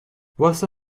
واسه